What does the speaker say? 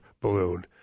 balloon